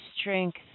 strength